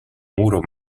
muro